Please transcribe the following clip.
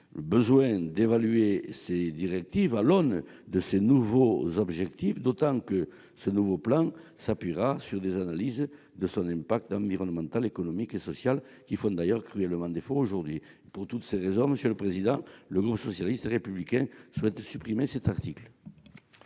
besoin d'évaluer ces directives à l'aune de ces nouveaux objectifs, d'autant que ce nouveau plan s'appuiera sur des analyses de l'impact environnemental, économique et social, analyses qui font d'ailleurs cruellement défaut aujourd'hui. Pour toutes ces raisons, le groupe socialiste et républicain souhaite la suppression de l'article